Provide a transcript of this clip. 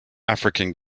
african